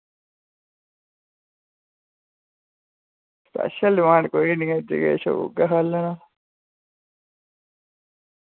special demand कोई निं होंदी ऐ जो ऐ उ'ऐ खाई लैगे